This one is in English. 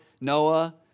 Noah